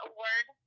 Award